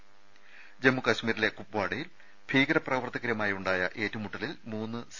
ത ജമ്മു കശ്മീരിലെ കുപ് വാഡയിൽ ഭീകരപ്രവർത്തകരുമായുണ്ടായ ഏറ്റുമുട്ടലിൽ മൂന്ന് സി